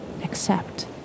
accept